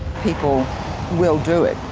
people will do it,